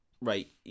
Right